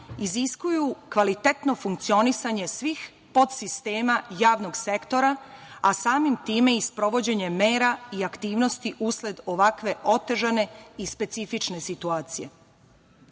iziskuju kvalitetno funkcionisanje svih podsistema javnog sektora, a samim tim i sprovođenje mera i aktivnosti usled ovakve otežane i specifične situacije. Složenost